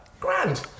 Grand